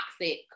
toxic